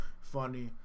funny